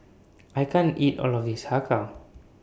I can't eat All of This Har Kow